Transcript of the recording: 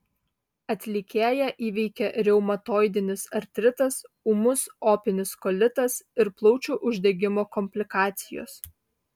atlikėją įveikė reumatoidinis artritas ūmus opinis kolitas ir plaučių uždegimo komplikacijos